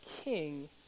king